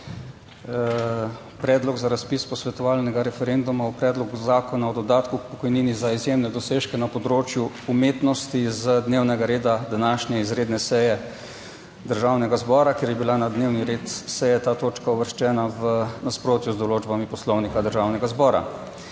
Predlog za razpis posvetovalnega referenduma o Predlogu zakona o dodatku k pokojnini za izjemne dosežke na področju umetnosti z dnevnega reda današnje izredne seje Državnega zbora, ker je bila na dnevni red seje ta točka uvrščena v nasprotju z določbami Poslovnika Državnega zbora.